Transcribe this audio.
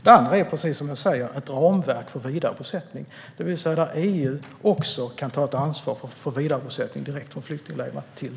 Den andra är precis som jag säger ett ramverk för vidarebosättning där EU kan ta ansvar för vidarebosättning direkt från flyktinglägren till .